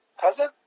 Cousin